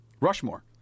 Rushmore